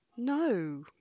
No